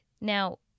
Now